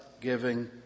giving